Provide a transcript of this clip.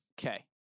okay